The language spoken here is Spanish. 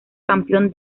campeón